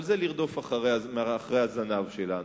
אבל זה לרדוף אחרי הזנב שלנו.